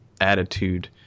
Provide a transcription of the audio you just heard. attitude